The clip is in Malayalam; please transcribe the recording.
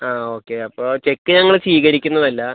ആ ഓക്കെ അപ്പോൾ ചെക്ക് ഞങ്ങൾ സ്വീകരിക്കുന്നത് അല്ല